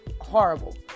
horrible